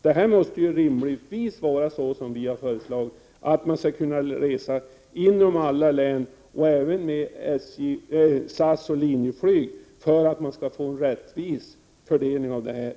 Det måste rimligtvis bli som vi har föreslagit, nämligen att man måste kunna resa inom alla län och även med SAS och Linjeflyg, för att fördelningen av reserabatter skall bli rättvis.